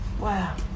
Wow